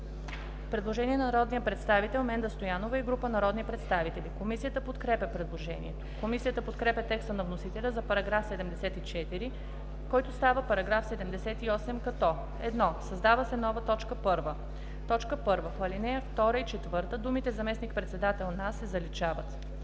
предложение на народния представител Менда Стоянова и група народни представители. Комисията подкрепя предложението. Комисията подкрепя текста на вносителя за § 74, който става § 78, като: „1. Създава се нова точка 1: „1. В ал. 2 и 4 думите „заместник-председателя на“ се заличават.“